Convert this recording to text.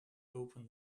open